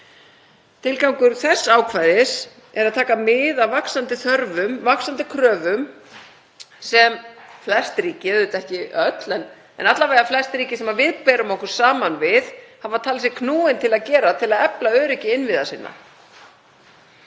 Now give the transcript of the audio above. Tilgangur þess ákvæðis er að taka mið af vaxandi þörf og vaxandi kröfum sem flest ríki, auðvitað ekki öll en alla vega flest ríki sem við berum okkur saman við, hafa talið sig knúin til að mæta til að efla öryggi innviða sinna.